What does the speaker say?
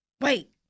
Wait